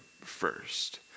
first